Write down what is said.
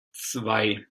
zwei